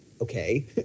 Okay